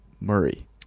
Murray